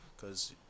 Cause